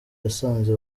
yasanze